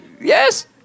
Yes